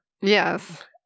Yes